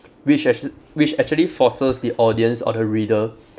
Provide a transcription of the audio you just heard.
which actu~ which actually forces the audience or the reader